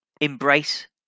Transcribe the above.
embrace